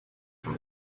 from